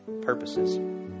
purposes